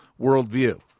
worldview